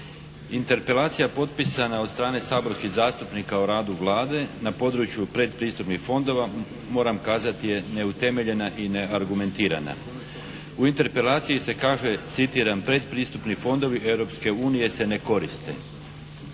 Interpelacija potpisana od strane saborskih zastupnika o radu Vlade na području predpristupnih fondova moram kazati je neutemeljena i neargumentirana. U interpelaciji se kaže citiram: “Predpristupni fondovi Europske unije se ne koriste.“